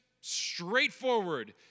straightforward